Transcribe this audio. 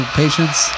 patients